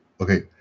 okay